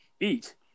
eat